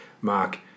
Mark